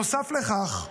נוסף לכך,